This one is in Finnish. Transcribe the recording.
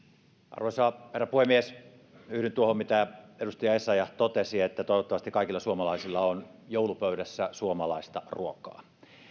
arvoisa herra puhemies yhdyn tuohon mitä edustaja essayah totesi että toivottavasti kaikilla suomalaisilla on joulupöydässä suomalaista ruokaa